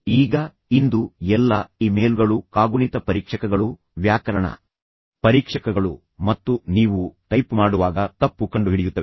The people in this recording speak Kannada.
ಈಗ ಇಂದು ಎಲ್ಲಾ ಇಮೇಲ್ಗಳು ಕಾಗುಣಿತ ಪರೀಕ್ಷಕಗಳು ವ್ಯಾಕರಣ ಪರೀಕ್ಷಕಗಳು ಮತ್ತು ನೀವು ಟೈಪ್ ಮಾಡುವಾಗ ತಪ್ಪು ಕಂಡುಹಿಡಿಯುತ್ತವೆ